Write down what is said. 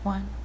One